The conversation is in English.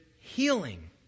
healing